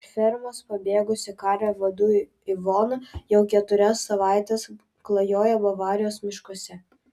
iš fermos pabėgusi karvė vardu ivona jau keturias savaites klajoja bavarijos miškuose